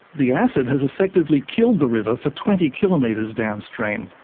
the acid has effectively killed the river for twenty kilometres downstream.